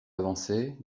avançait